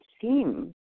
seem